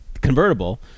convertible